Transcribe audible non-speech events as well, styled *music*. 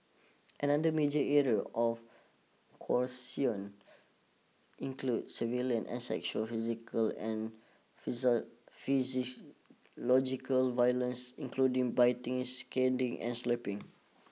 another major area of coercion include surveillance and sexual physical and *unintelligible* violence including biting scalding and slapping